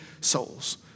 souls